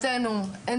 לורנצי